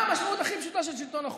מה המשמעות הכי פשוטה של שלטון החוק?